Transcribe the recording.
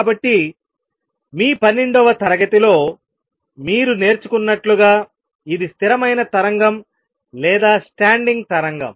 కాబట్టి మీ పన్నెండవ తరగతిలో మీరు నేర్చుకున్నట్లుగా ఇది స్థిరమైన తరంగం లేదా స్టాండింగ్ తరంగం